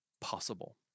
possible